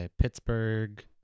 Pittsburgh